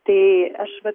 tai aš vat